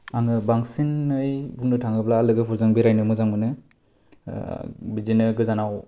आङो बांसिनै बुंनो थाङोब्ला लोगोफोरजों बेरायनो मोजां मोनो बिदिनो गोजानाव